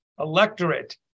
electorate